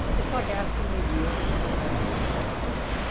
it's like asking me do you ever get sad when you write a funeral?